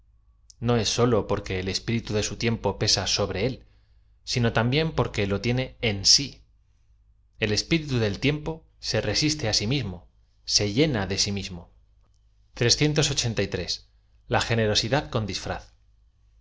no es sólo porque el espíritu de su tiempo pesa sobre él sino también porque lo tie ne en si e l espíritu del tiempo se resiste á sí mismo se llena á si mismo gtnerotidad con